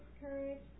Courage